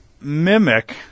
mimic